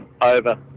over